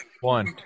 one